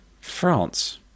france